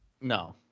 No